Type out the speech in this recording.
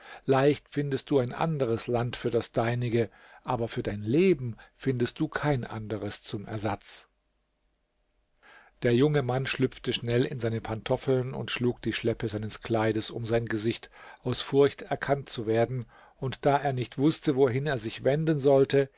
leicht findest du ein anderes land für das deinige aber für dein leben findest du kein anderes zum ersatz der junge mann schlüpfte schnell in seine pantoffeln und schlug die schleppe seines kleides um sein gesicht aus furcht erkannt zu werden und da er nicht wußte wohin er sich wenden sollte